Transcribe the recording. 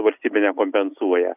valstybė nekompensuoja